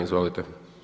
Izvolite.